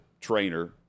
trainer